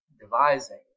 devising